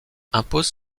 impose